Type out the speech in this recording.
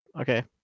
Okay